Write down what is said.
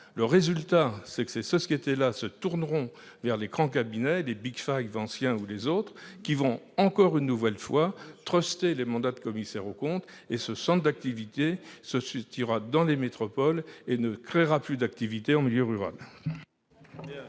Résultat, ces sociétés se tourneront vers les grands cabinets, les anciens ou les autres, qui, une nouvelle fois, trusteront les mandats de commissaire aux comptes. Aussi, ce centre d'activités se situera dans les métropoles et ne créera plus d'activités en milieu rural.